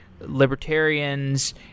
libertarians